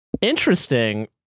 Interesting